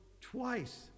twice